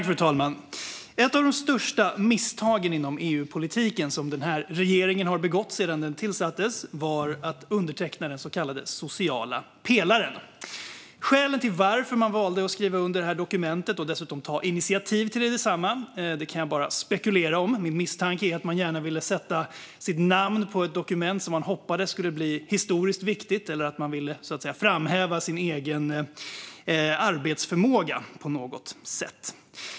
Fru talman! Ett av de största misstagen inom EU-politiken som den här regeringen har begått sedan den tillträdde var att underteckna den så kallade sociala pelaren. Skälet till att man valde att skriva under detta dokument och dessutom ta initiativ till detsamma kan jag bara spekulera om. Min misstanke är att man gärna ville sätta sitt namn på ett dokument som man hoppades skulle bli historiskt viktigt eller att man ville framhäva sin egen arbetsförmåga på något sätt.